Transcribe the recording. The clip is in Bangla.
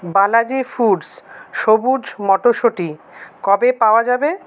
বালাজি ফুডস সবুুজ মটরশুঁটি কবে পাওয়া যাবে